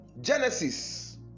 Genesis